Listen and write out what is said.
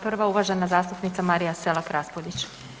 Prva uvažena zastupnica Marija Selak Raspudić.